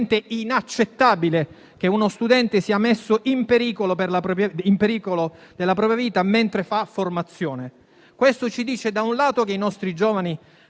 inaccettabile che uno studente sia messo in pericolo di vita mentre fa formazione. Questo ci dice che i nostri giovani